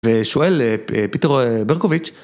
ושואל פיטר ברקוביץ'.